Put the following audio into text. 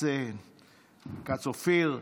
אופיר כץ,